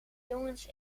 jongens